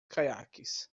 caiaques